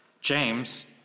James